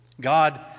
God